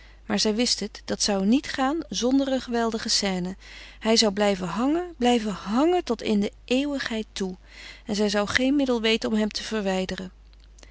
maar zij wist het dat zou niet gaan zonder een geweldige scène hij zou blijven hangen blijven hangen tot in der eeuwigheid toe en zij zou geen middel weten om hem te verwijderen